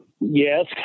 Yes